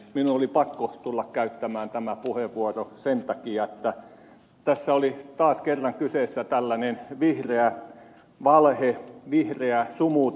minun oli pakko tulla käyttämään tämä puheenvuoro sen takia että tässä oli taas kerran kyseessä tällainen vihreä valhe vihreä sumutus